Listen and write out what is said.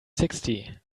sixty